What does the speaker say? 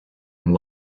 and